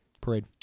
parade